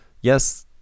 yes